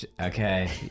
Okay